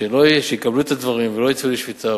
שיקבלו את הדברים ולא יצאו לשביתה,